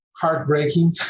Heartbreaking